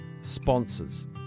sponsors